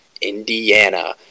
Indiana